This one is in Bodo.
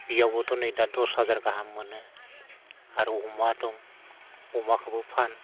बेयावबोथ' नै दा दस हाजार गाहाम मोनो आरो अमा दं अमाखोबो फान